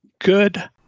good